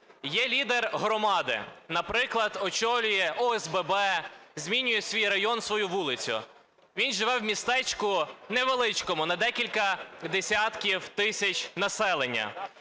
Є лідер громади, наприклад, очолює ОСББ, змінює свій район, свою вулицю. він живе в містечку невеличкому, на декілька десятків тисяч населення.